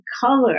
color